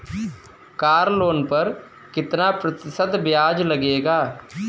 Car loan पर कितना प्रतिशत ब्याज लगेगा?